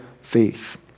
faith